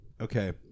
Okay